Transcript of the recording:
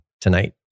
tonight